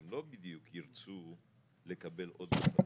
הם לא ירצו לקבל עוד מטלות.